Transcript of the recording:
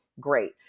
great